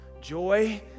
Joy